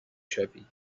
شوی